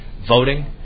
voting